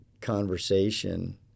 conversation